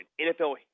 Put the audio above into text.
NFL